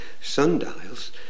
Sundials